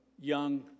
young